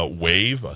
wave